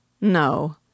No